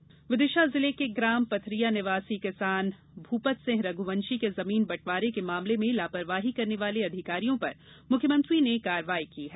विदिशा कार्यवाही विदिशा जिले के ग्राम पथरिया निवासी किसान भूपत सिंह रघुवंशी के जमीन बँटवारे के मामले में लापरवाही करने वाले अधिकारियों पर मुख्यमंत्री ने कार्रवाई की है